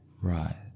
right